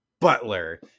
butler